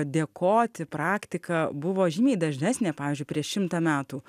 dėkoti praktika buvo žymiai dažnesnė pavyzdžiui prieš šimtą metų